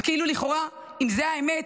וכאילו לכאורה, אם זו האמת,